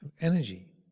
energy